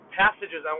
passages